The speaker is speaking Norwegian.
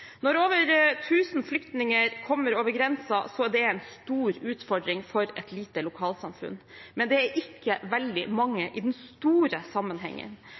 Når over 1 000 flyktninger kommer over grensen, er det en stor utfordring for et lite lokalsamfunn. Men det er ikke veldig mange i den store sammenhengen,